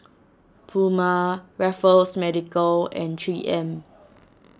Puma Raffles Medical and three M